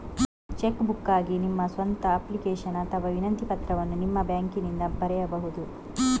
check ಬುಕ್ಗಾಗಿ ನಿಮ್ಮ ಸ್ವಂತ ಅಪ್ಲಿಕೇಶನ್ ಅಥವಾ ವಿನಂತಿ ಪತ್ರವನ್ನು ನಿಮ್ಮ ಬ್ಯಾಂಕಿಗೆ ಬರೆಯಬಹುದು